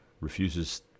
refuses